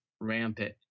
rampant